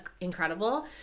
incredible